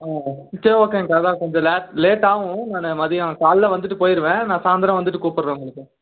ஆ சரி ஓகேங்கா அதுதான் கொஞ்சம் லேட் லேட் ஆகும் நான் மதியம் காலையில் வந்துட்டு போயிடுவேன் நான் சாயந்திரோம் வந்துட்டு கூப்பிடறேன் உங்களுக்கு